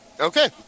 Okay